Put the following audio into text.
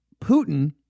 Putin